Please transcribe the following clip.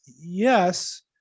yes